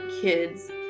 kids